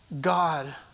God